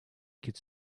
could